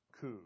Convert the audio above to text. coup